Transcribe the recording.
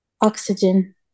Oxygen